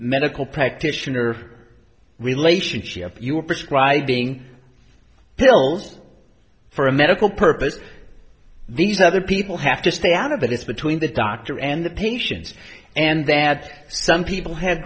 medical practitioner relationship you are prescribing pills for a medical purpose these other people have to stay out of it it's between the doctor and the patients and then add some people ha